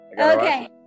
Okay